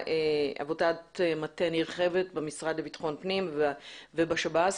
עבודת מטה נרחבת במשרד לבטחון פנים ובשב"ס,